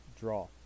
draw